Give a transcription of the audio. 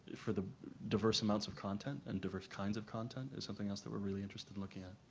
for the diverse amounts of content and diverse kinds of content is something else that we're really interested in looking at.